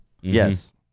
Yes